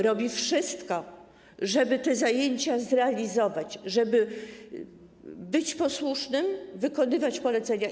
Robi wszystko, żeby te zajęcia zrealizować, żeby być posłusznym, wykonywać polecania.